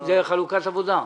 יש חלוקת עבודה.